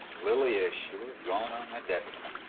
lily is sure gone on that deputy.